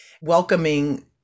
welcoming